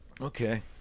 Okay